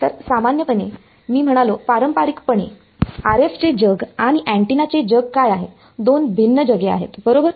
तर सामान्यपणे मी म्हणालो पारंपारिकपणे RF चे जग आणि अँटीना चे जग काय आहे दोन भिन्न जगे आहेत बरोबर